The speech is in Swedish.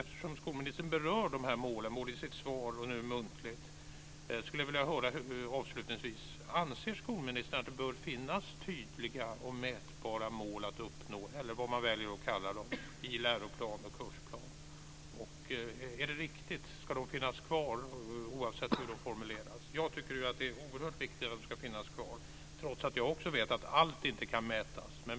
Eftersom skolministern berör dessa mål både i sitt svar och muntligt skulle jag avslutningsvis vilja veta: Anser skolministern att det bör finnas tydliga och mätbara mål att uppnå, eller vad man väljer att kalla dem, i läroplanen och kursplanen? Ska de finnas kvar oavsett hur de formuleras? Jag tycker att det är oerhört viktigt att de ska finnas kvar, trots att jag också vet att allt inte kan mätas.